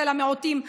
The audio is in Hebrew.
צא למיעוטים,